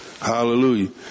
Hallelujah